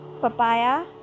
papaya